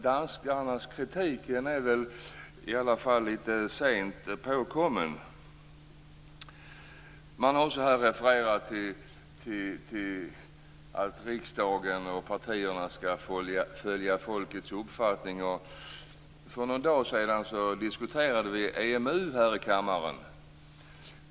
Danskarnas kritik är litet sent påkommen. Det har också refererats till att riksdagen och partierna skall följa folkets uppfattning. För någon dag sedan diskuterade vi EMU här i kammaren.